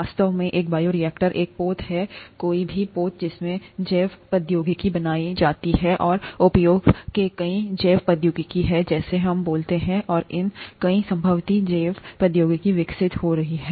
वास्तव में एक बायोरिएक्टर एक पोत है कोई भी पोत जिसमें जैवप्रौद्योगिकी बनाई जाती है और उपयोग के कई जैवप्रौद्योगिकी हैं जैसे हम बोलते हैं और कई और संभावित जैवप्रौद्योगिकी विकसित हो रही हैं